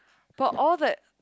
but all that